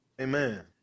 Amen